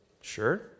Sure